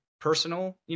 personal